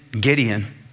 Gideon